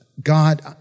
God